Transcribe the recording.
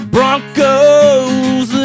Broncos